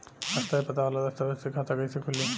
स्थायी पता वाला दस्तावेज़ से खाता कैसे खुली?